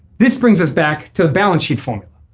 this brings us back to a balance sheet formula.